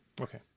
okay